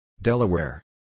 Delaware